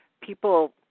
people